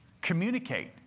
communicate